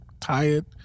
tired